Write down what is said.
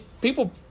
people